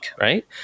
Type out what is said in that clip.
right